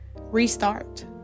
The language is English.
Restart